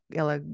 ela